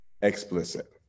explicit